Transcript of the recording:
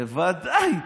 ודאי,